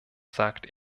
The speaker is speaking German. sagt